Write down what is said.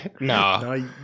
no